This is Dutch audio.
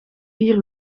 vier